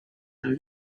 than